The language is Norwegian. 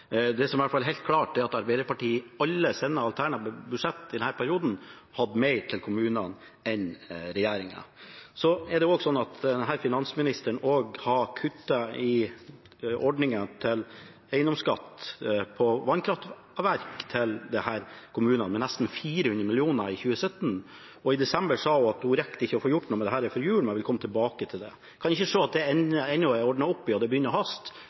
Det som i hvert fall er helt klart, er at Arbeiderpartiet i alle sine alternative budsjett i denne perioden hadde mer til kommunene enn regjeringen. Denne finansministeren har også kuttet i ordningen for eiendomsskatt på vannkraftverk til kommunene, med nesten 400 mill. kr i 2017, og i desember sa hun at hun ikke rakk å få gjort noe med dette før jul, men ville komme tilbake til det. Jeg kan ikke se at det ennå er ordnet opp i, og det begynner å haste